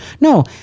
No